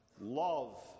love